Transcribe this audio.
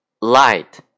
light